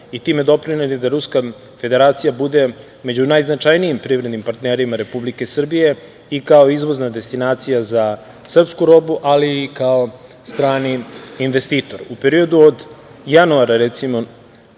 i time doprineli da Ruska Federacija bude među najznačajnijim privrednim partnerima Republike Srbije i kao izvozna destinacija za srpsku robu, ali i kao strani investitor.U periodu od januara, recimo,